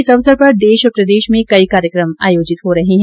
इस अवसर पर देश और प्रदेश में कई कार्यक्रम आयोजित किये जा रहे है